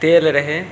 तेल रहै